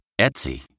Etsy